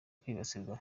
kwibasirwa